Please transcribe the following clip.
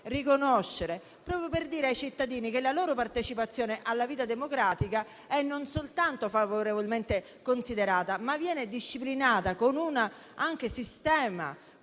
riconoscere, proprio per dire ai cittadini che la loro partecipazione alla vita democratica è non soltanto favorevolmente considerata, ma disciplinata con un sistema